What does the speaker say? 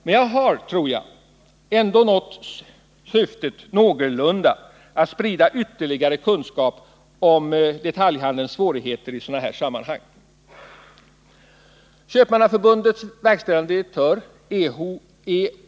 Men jag har, tror jag, ändå nått syftet någorlunda, nämligen att sprida ytterligare kunskap om detaljhandelns svårigheter i sådana här sammanhang. Köpmannaförbundets VD E.